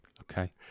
Okay